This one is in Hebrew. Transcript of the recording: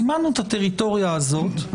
סימנו את הטריטוריה הזאת.